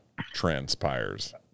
transpires